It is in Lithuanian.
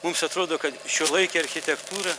mums atrodo kad šiuolaikinė architektūra